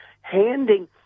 handing